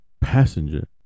passenger